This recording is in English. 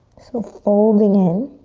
so folding in.